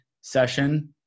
session